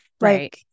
Right